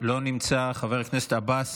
לא נמצא, חבר הכנסת עבאס,